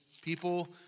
people